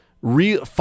real